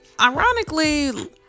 ironically